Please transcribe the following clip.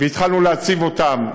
והתחלנו להציב אותן,